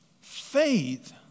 Faith